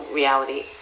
reality